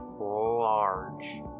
large